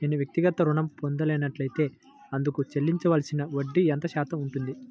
నేను వ్యక్తిగత ఋణం పొందినట్లైతే అందుకు చెల్లించవలసిన వడ్డీ ఎంత శాతం ఉంటుంది?